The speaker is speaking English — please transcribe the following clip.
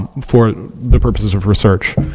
for the purposes of research.